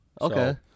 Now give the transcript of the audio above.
Okay